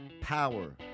Power